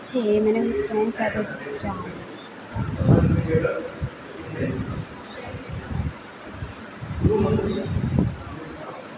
છે એ મને ફ્રેન્ડ સાથે જાઉં